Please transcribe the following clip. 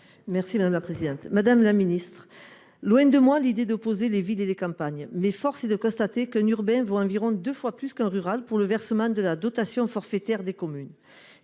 est à Mme Guylène Pantel. Madame la ministre, loin de moi l'idée d'opposer les villes et les campagnes, mais force est de constater qu'un urbain vaut environ deux fois plus qu'un rural pour ce qui est du versement de la dotation forfaitaire des communes.